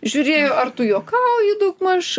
žiūrėjo ar tu juokauji daugmaž